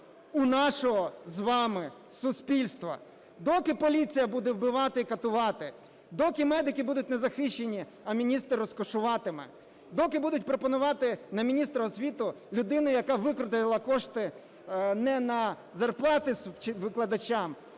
у нашого з вами суспільства. Доки поліція буде вбивати і катувати, доки медики будуть незахищені, а міністр розкошуватиме, доки будуть пропонувати на міністра освіти людину, яка витратила кошти не на зарплати викладачам,